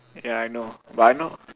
ya I know but I not